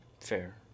Fair